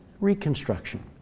reconstruction